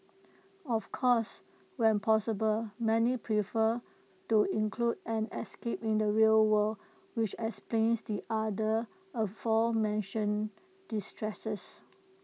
of course when possible many prefer to include an escape in the real world which explains the other aforementioned distresses